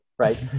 right